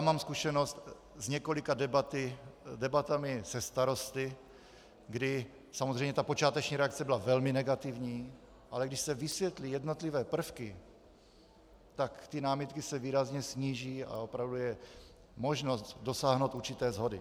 Mám zkušenost s několika debatami se starosty, kdy samozřejmě počáteční reakce byla velmi negativní, ale když se vysvětlí jednotlivé prvky, tak námitky se výrazně sníží a opravdu je možnost dosáhnout určité shody.